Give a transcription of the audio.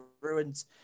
ruins